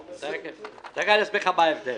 אסביר לך מה ההבדל.